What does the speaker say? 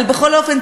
אבל בכל אופן,